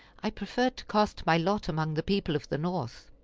i preferred to cast my lot among the people of the north.